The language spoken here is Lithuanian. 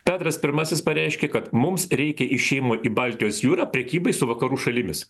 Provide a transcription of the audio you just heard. petras pirmasis pareiškė kad mums reikia išėjimo į baltijos jūrą prekybai su vakarų šalimis